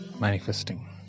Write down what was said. manifesting